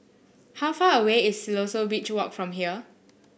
how far away is Siloso Beach Walk from here